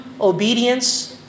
obedience